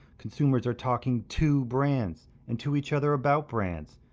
consumers are talking to brands and to each other about brands.